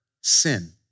sin